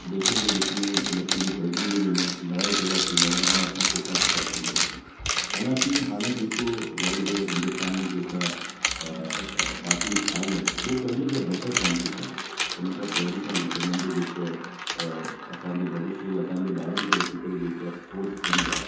देशनि जे विच में लकीरूं पइजंदी वियूं लड़ाई झगड़ा थींदा विया ऐं असां पुठियां पुठियां थींदा रहियासीं हालाकिं हाणे जेको वरी बि हिंदुस्तान में जेका पाटीस आई आहिनि उहो पहिरीं खां बैटर कम थी कनि उनखां पहिरीं खां उन्हनि जो जेको असांजे भविष्य असांजे ॿारनि खे वठी करे जेका सोच सम्झि आहे